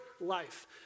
life